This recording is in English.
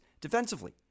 defensively